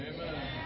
Amen